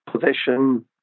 position